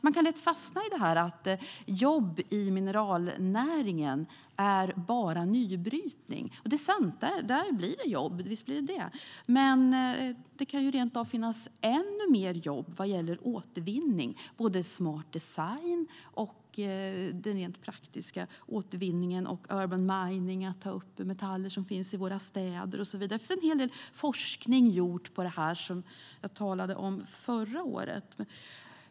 Man fastnar lätt i att jobb i mineralnäringen bara finns i nybrytningen. Visst finns det jobb där, men det kan rent av finnas ännu fler jobb i återvinning, både i smart design, i den praktiska återvinningen och i urban mining, det vill säga att ta upp metaller som finns i våra städer. Det finns en hel del forskning gjord på detta, vilket jag talade om förra året.